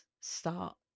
start